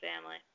family